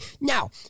Now